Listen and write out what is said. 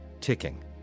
ticking